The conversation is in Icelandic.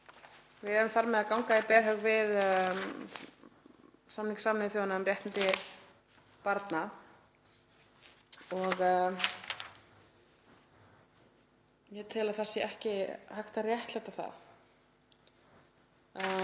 Við erum þar með að ganga í berhögg við samning Sameinuðu þjóðanna um réttindi barna og ég tel að það sé ekki hægt að réttlæta það.